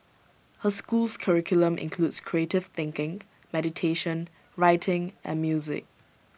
her school's curriculum includes creative thinking meditation writing and music